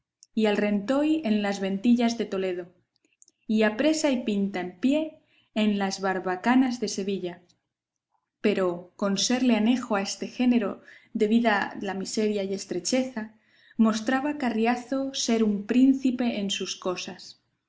y al rentoy en las ventillas de toledo y a presa y pinta en pie en las barbacanas de sevilla pero con serle anejo a este género de vida la miseria y estrecheza mostraba carriazo ser un príncipe en sus cosas